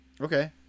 Okay